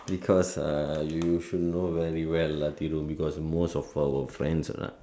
because uh you should know very well lah Thiru because most of our friends uh